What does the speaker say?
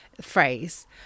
phrase